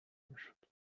میشد